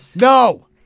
no